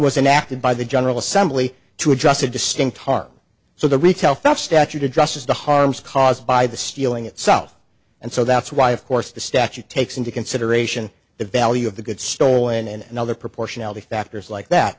was enacted by the general assembly to address a distinct harm so the retail felt statute addresses the harms caused by the stealing itself and so that's why of course the statute takes into consideration the value of the get stolen and other proportionality factors like that